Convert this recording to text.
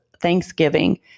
Thanksgiving